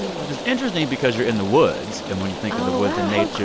which is interesting because you're in the woods. and when you think of the woods and nature.